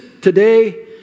today